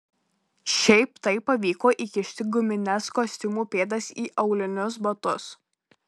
šiaip taip pavyko įkišti gumines kostiumų pėdas į aulinius batus